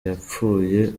yapfuye